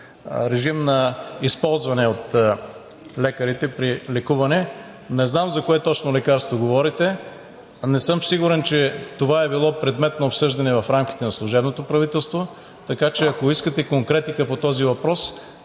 режим на използване от лекарите при лекуване. Не знам за кое точно лекарство говорите, не съм сигурен, че това е било предмет на обсъждане в рамките на служебното правителство. Така че ако искате конкретика по този въпрос,